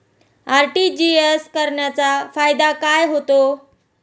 RTGS करण्याचा फायदा काय होतो?